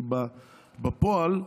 כי בפועל,